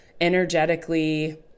energetically